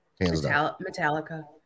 Metallica